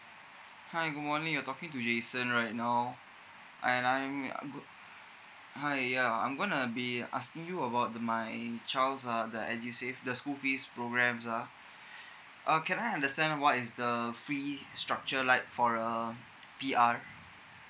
hi good morning you're talking to jason right now and I'm hi ya I'm gonna be asking you about the my child's uh the edusave the school fees programs ah uh can I understand what is the fee structure like for a P_R